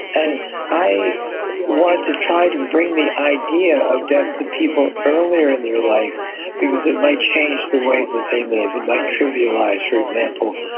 and i wanted to try to bring the idea of death to people earlier in their life because it might change the way that they live, it might trivialise, for example,